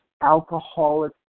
alcoholic